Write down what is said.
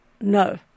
No